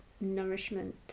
nourishment